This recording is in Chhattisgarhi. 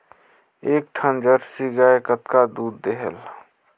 एक ठन जरसी गाय कतका दूध देहेल?